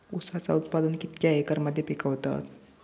ऊसाचा उत्पादन कितक्या एकर मध्ये पिकवतत?